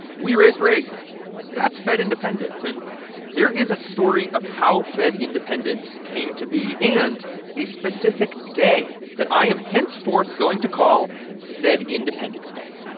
we raised rates that's fed independence. and there is a story of how fed independence came to be and a specific day that i am henceforth going to call fed independence day.